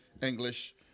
english